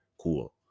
cool